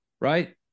right